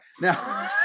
Now